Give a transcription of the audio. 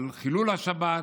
על חילול השבת.